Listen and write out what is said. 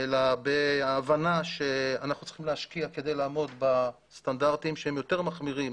אלא בהבנה שאנחנו צריכים להשקיע כדי לעמוד בסטנדרטים שהם יותר מחמירים